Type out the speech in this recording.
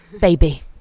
baby